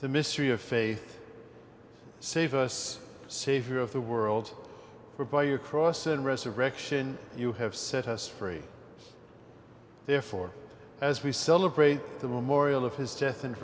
the mystery of faith save us savior of the world for by your cross and resurrection you have set us free therefore as we celebrate the memorial of his death and